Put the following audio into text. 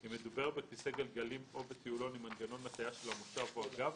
אם מדובר בכיסא גלגלים או בטיולון עם מנגנון הטיה של המושב או הגב,